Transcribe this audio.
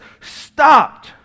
stopped